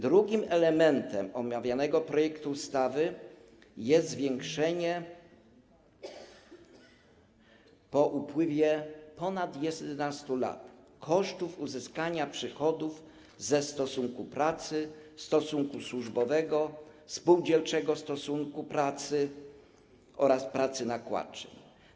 Drugim elementem omawianego projektu ustawy jest zwiększenie po upływie ponad 11 lat kosztów uzyskania przychodów ze stosunku pracy, stosunku służbowego, spółdzielczego stosunku pracy oraz pracy nakładczej.